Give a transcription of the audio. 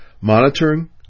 monitoring